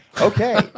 Okay